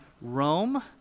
Rome